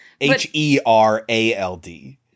H-E-R-A-L-D